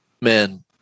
man